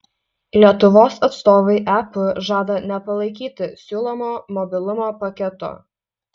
lietuvos atstovai ep žada nepalaikyti siūlomo mobilumo paketo